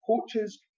coaches